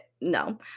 no